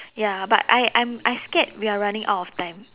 ya but I I'm I scared we are running out of time